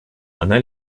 она